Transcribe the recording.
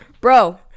Bro